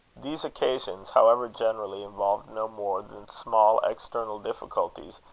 these occasions, however, generally involved no more than small external difficulties,